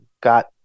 got